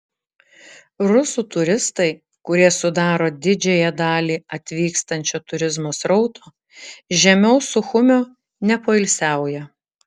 rusų turistai kurie sudaro didžiąją dalį atvykstančio turizmo srauto žemiau suchumio nepoilsiauja